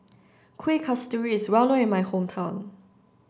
Kueh Kasturi is well known in my hometown